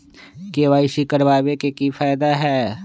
KYC करवाबे के कि फायदा है?